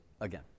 again